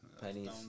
Pennies